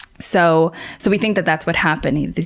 so so we think that that's what happened,